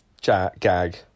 gag